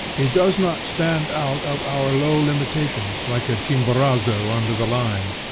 he does not stand out of our low limitations, like a chimborazo under the line,